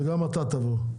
וגם אתה תבוא.